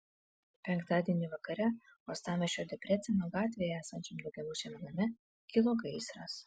penktadienį vakare uostamiesčio debreceno gatvėje esančiam daugiabučiame name kilo gaisras